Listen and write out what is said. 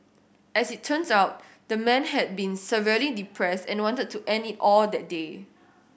as it turns out the man had been severely depressed and wanted to end it all that day